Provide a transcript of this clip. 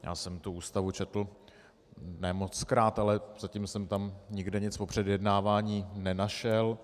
Já jsem tu Ústavu četl, ne mockrát, ale zatím jsem tam nikde nic o předjednávání nenašel.